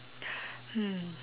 hmm